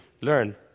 learn